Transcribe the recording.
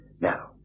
Now